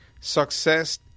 success